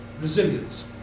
resilience